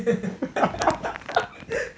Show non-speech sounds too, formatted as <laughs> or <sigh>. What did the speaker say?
<laughs>